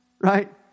Right